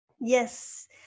Yes